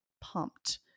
pumped